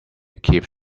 keeps